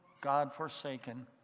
God-forsaken